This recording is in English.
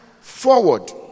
forward